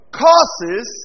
causes